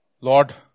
Lord